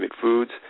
foods